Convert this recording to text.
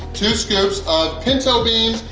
two scoops of pinto beans,